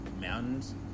mountains